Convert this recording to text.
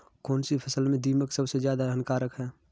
कौनसी फसल में दीमक सबसे ज्यादा हानिकारक है?